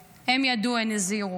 לא הקשיבו להן, הן ידעו, הן הזהירו.